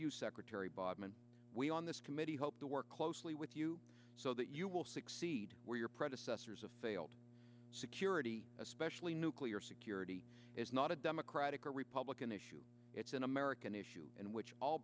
you secretary bodman we on this committee hope to work closely with you so that you will succeed where your predecessors have failed security especially nuclear security is not a democratic or republican issue it's an american issue in which all